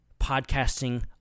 podcasting